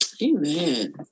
Amen